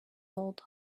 old